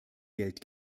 geld